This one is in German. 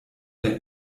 der